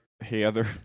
Heather